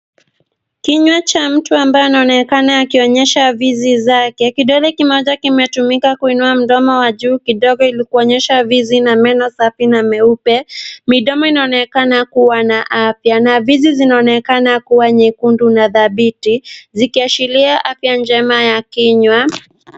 Kinywa cha mtu ambaye anaonekana akionyesha fizi zake kidole kimoja kimetumika kuinua mdomo wa juu kidogo ili kuonyesha fizi na meno safi na meupe, midomo inaonekana kuwa yana afya, fizi zinaonekana kuwa nyekundu na dhabiti zikiashiria afya njema ya kinywa.